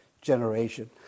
generation